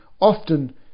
often